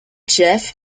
jeff